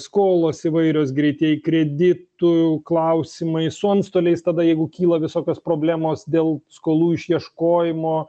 skolos įvairios greitieji kreditų klausimai su antstoliais tada jeigu kyla visokios problemos dėl skolų išieškojimo